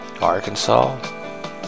Arkansas